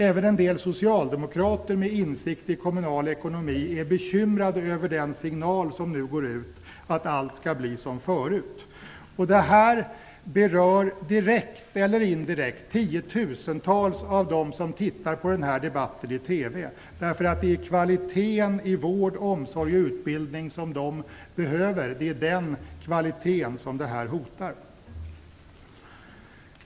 Även en del socialdemokrater med insikt i kommunal ekonomi är bekymrade över den signal som nu går ut om att allt skall bli som förut. Det här berör direkt eller indirekt tiotusentals av de människor som tittar på den här debatten i TV. De behöver kvalitet i vård, omsorg och utbildning. Den kvaliteten är hotad.